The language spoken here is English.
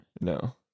no